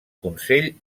consell